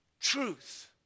truth